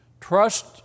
Trust